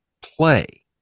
play